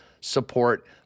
support